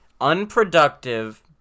unproductive